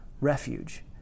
refuge